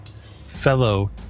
fellow